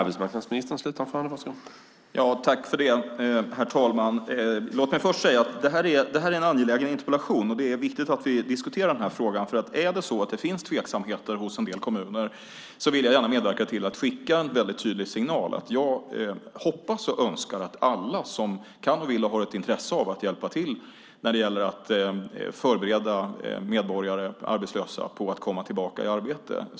Herr talman! Interpellationen är angelägen. Det är viktigt att vi diskuterar den fråga som där tas upp. Om det finns tveksamheter hos en del kommuner vill jag gärna medverka till att en mycket tydlig signal skickas. Jag både hoppas och önskar att alla som kan och vill har ett intresse för att hjälpa till när det gäller att förbereda arbetslösa på att komma tillbaka i arbete.